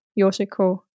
Yoshiko